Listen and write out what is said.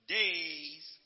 days